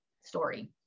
story